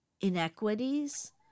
inequities